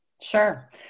sure